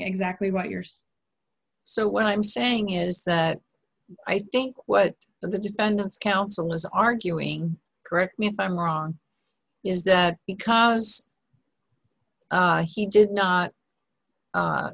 exactly what yours so what i'm saying is that i think what the defendant's counsel is arguing correct me if i'm wrong is that because he did not